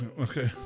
Okay